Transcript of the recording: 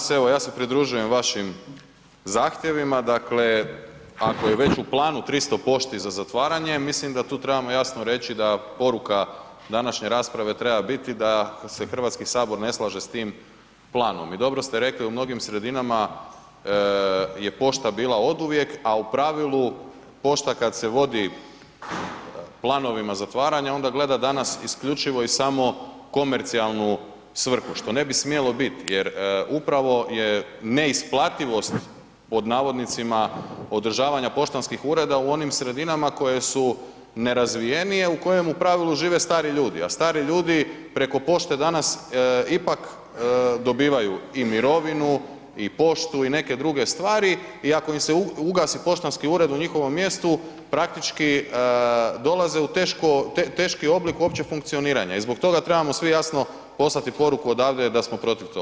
Kolega Maras, evo ja se pridružujem vašim zahtjevima, dakle ako je već u planu 300 pošti za zatvaranje, mislim da tu trebamo jasno reći da poruka današnje rasprave treba biti da se HS ne slaže s tim planom i dobro ste rekli, u mnogim sredinama je pošta bila oduvijek, a u pravilu pošta kad se vodi planovima zatvaranja onda gleda danas isključivo i samo komercijalnu svrhu što ne bi smjelo bit jer upravo je neisplativost pod navodnicima održavanja poštanskih ureda u onim sredinama koje su nerazvijenije, u kojem u pravilu žive stari ljudi, a stari ljudi preko pošte danas ipak dobivaju i mirovinu i poštu i neke druge stvari i ako im se ugasi poštanski ured u njihovom mjestu, praktički dolaze u teško, teški oblik općeg funkcioniranja i zbog toga trebamo svi jasno poslati poruku odavde da smo protiv toga.